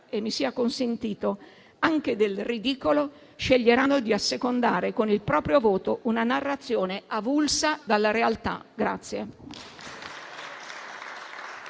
- mi sia consentito - anche del ridicolo, sceglieranno di assecondare con il proprio voto una narrazione avulsa dalla realtà.